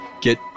get